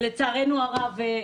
ולצערנו הרב,